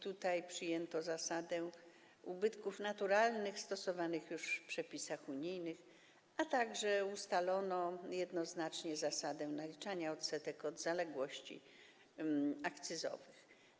Tutaj przyjęto zasadę ubytków naturalnych, stosowaną już w przepisach unijnych, a także ustalono jednoznacznie zasadę naliczania odsetek od zaległości akcyzowych.